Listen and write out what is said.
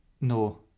No